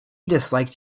disliked